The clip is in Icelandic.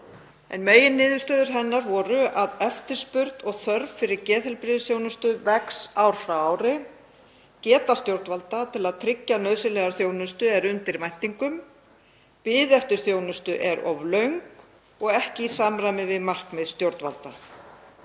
en meginniðurstöður hennar voru að eftirspurn og þörf fyrir geðheilbrigðisþjónustu vex ár frá ári. Geta stjórnvalda til að tryggja nauðsynlega þjónustu er undir væntingum. Bið eftir þjónustu er of löng og ekki í samræmi við markmið stjórnvalda.